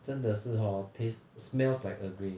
真的是 hor tastes smells like earl grey